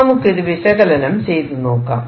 നമുക്ക് ഇത് വിശകലനം ചെയ്തു നോക്കാം